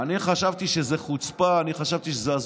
אני חשבתי שזו חוצפה,